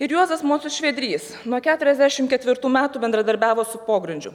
ir juozas mocius švedrys nuo keturiasdešim ketvirtų metų bendradarbiavo su pogrindžiu